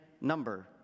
number